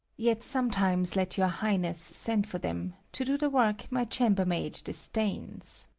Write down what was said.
yet sometimes let your highness send for them to do the work my chambermaid disdains.